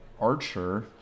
Archer